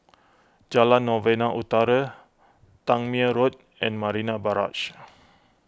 Jalan Novena Utara Tangmere Road and Marina Barrage